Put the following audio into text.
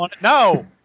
No